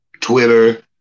Twitter